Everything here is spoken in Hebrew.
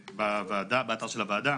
באתר של הוועדה.